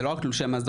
זה לא רק תלושי מזון,